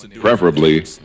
preferably